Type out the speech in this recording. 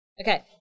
Okay